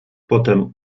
potem